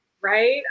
Right